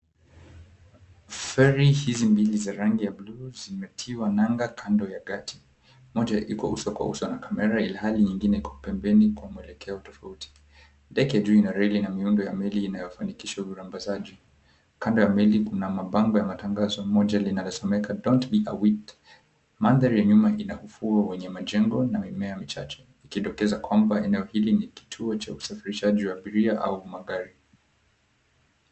Feri hizi mbili za rangi ya bluu zimetiwa nanga kando ya gati. Moja iko uso kwa uso na kamera ilhali nyengine iko pembeni kwa mwelekeo tofauti. Ndege juu ina reli na miundo ya meli inayofanikisha usambazaji kando ya meli kuna mabango ya matangazo moja linalosomeka, Dont Be A Wift. Mandhari ya nyuma ina ufuo wenye majengo na mimea michache ikidokeza kwamba eneo hili ni kituo cha usafirishaji wa abiria au magari.